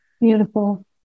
beautiful